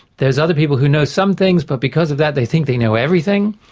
there's other people who know some things, but because of that they think they know everything,